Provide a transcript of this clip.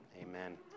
Amen